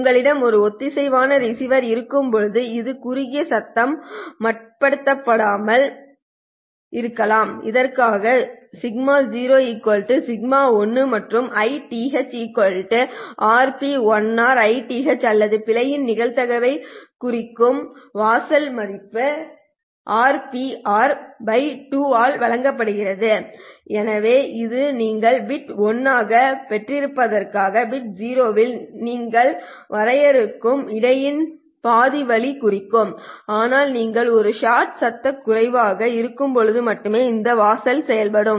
உங்களிடம் ஒரு ஒத்திசைவான ரிசீவர் இருக்கும்போது இது குறுகிய சத்தம் மட்டுப்படுத்தப்பட்டதாகும் இதற்காக σ0 σ1 மற்றும் Ith Ith RP1r Ith அல்லது பிழையின் நிகழ்தகவைக் குறைக்கும் வாசல் மதிப்பு RPr 2 ஆல் வழங்கப்படுகிறது எனவே இது நீங்கள் பிட் 1 ஆகப் பெற்றதற்கும் பிட் 0 இல் நீங்கள் பெறுவதற்கும் இடையில் பாதி வழி குறி ஆனால் நீங்கள் ஒரு ஷாட் சத்தம் குறைவாக இருக்கும்போது மட்டுமே இந்த வாசல் செயல்படும்